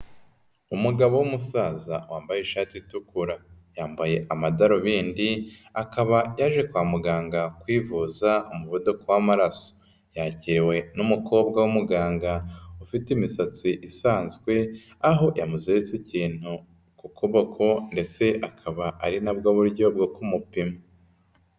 Umugabo w'umusaza wambaye ishati itukura, yambaye amadarubindi, akaba yaje kwa muganga kwivuza umuvuduko w'amaraso. Yakiriwe n'umukobwa w'umuganga, ufite imisatsi isanzwe, aho yamuziritse ikintu ku kuboko ndetse akaba ari nabwo buryo bwo kumupima.